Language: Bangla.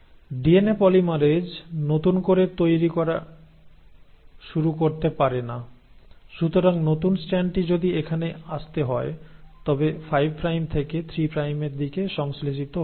ডিএনএ পলিমারেজ নতুন করে তৈরি করা শুরু করতে পারে না সুতরাং নতুন স্ট্র্যান্ডটি যদি এখানে আসতে হয় তবে 5 প্রাইম থেকে 3 প্রাইমের দিকে সংশ্লেষিত হতে হয়